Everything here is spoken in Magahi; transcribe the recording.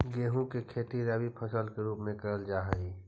गेहूं की खेती रबी फसल के रूप में करल जा हई